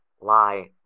Lie